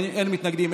אין מתנגדים,